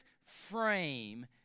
frame